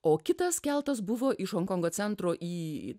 o kitas keltas buvo iš honkongo centro į